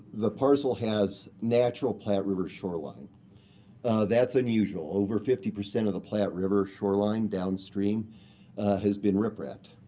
the parcel has natural platte river shoreline that's unusual. over fifty percent of the platte river shoreline downstream has been rip rapped,